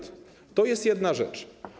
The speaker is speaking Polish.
To jest jedna rzecz.